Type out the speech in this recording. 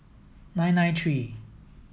nine nine three